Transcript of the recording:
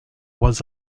was